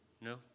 No